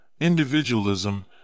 individualism